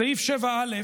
סעיף 7א,